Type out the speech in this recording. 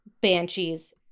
Banshees